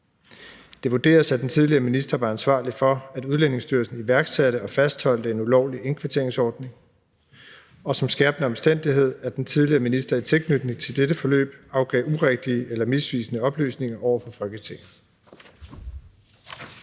Det vurderes, at den tidligere minister var ansvarlig for, at Udlændingestyrelsen iværksætte og fastholdt en ulovlig indkvarteringsordning, og som skærpende omstændighed, at den tidligere minister i tilknytning til dette forløb afgav urigtige eller misvisende oplysninger over for Folketinget.